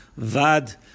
V'ad